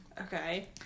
Okay